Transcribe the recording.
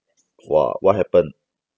!wah! what happen